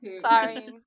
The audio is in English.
Sorry